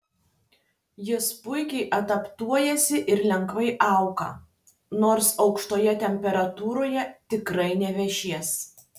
jis puikiai adaptuojasi ir lengvai auga nors aukštoje temperatūroje tikrai nevešės